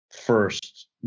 first